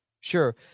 Sure